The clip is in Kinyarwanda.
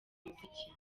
umuziki